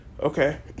Okay